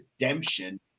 redemption